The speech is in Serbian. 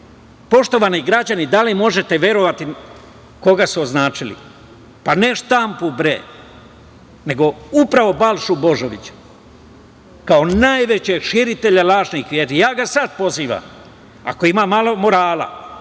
Poštovani građani, da li možete verovati koga su označili? Ne štampu, nego upravo Balšu Božovića kao najvećeg širitelja lažnih vesti. Ja ga sad pozivam, ako ima i malo morala,